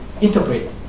interpret